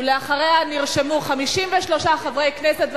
ואחריה נרשמו 53 חברי כנסת,